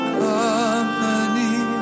company